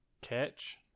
Catch